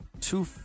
two